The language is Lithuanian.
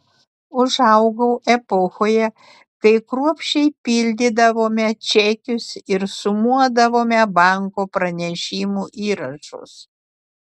užaugau epochoje kai kruopščiai pildydavome čekius ir sumuodavome banko pranešimų įrašus